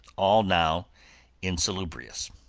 all now insalubrious.